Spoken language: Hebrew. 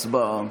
הצבעה.